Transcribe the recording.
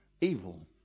evil